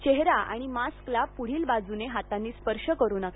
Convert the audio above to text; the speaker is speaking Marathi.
चेहरा आणि मास्कला पुढील बाजूने हातांनी स्पर्श करू नका